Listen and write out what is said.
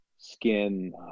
skin